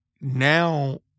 now